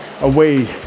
away